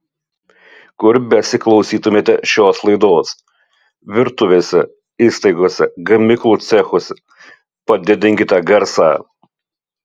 kur besiklausytumėte šios laidos virtuvėse įstaigose gamyklų cechuose padidinkite garsą